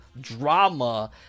drama